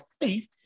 faith